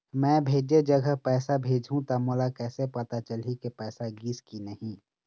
मैं भेजे जगह पैसा भेजहूं त मोला कैसे पता चलही की पैसा गिस कि नहीं?